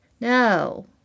No